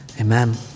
Amen